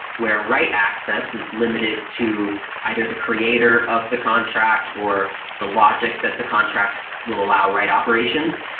where write access is limited to either the creator of the contract or the logic that the contract will allow write operations.